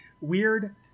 Weird